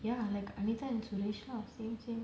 ya like anita suresh same same